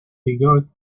figures